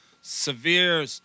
severe